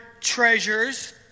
treasures